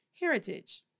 heritage